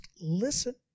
listen